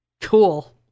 Cool